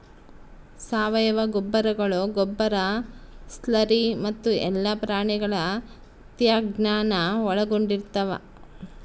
ಸಾವಯವ ಗೊಬ್ಬರಗಳು ಗೊಬ್ಬರ ಸ್ಲರಿ ಮತ್ತು ಎಲ್ಲಾ ಪ್ರಾಣಿಗಳ ತ್ಯಾಜ್ಯಾನ ಒಳಗೊಂಡಿರ್ತವ